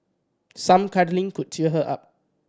some cuddling could cheer her up